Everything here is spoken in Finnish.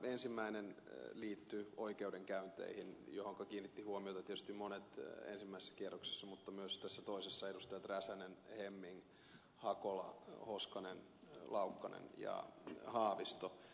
ensimmäinen liittyy oikeudenkäynteihin joihinka kiinnittivät huomiota tietysti monet ensimmäisessä kierroksessa mutta myös tässä toisessa edustajat räsänen hemming hakola hoskonen laukkanen ja haavisto